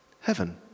heaven